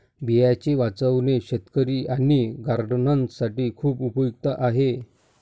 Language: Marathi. बियांचे वाचवणे शेतकरी आणि गार्डनर्स साठी खूप उपयुक्त आहे